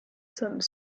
some